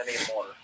anymore